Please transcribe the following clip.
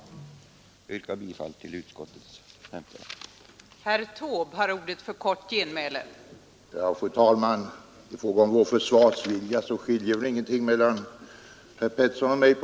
Jag yrkar bifall till utskottets hemställan.